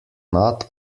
not